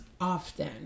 often